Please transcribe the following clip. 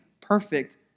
perfect